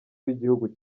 w’igihugu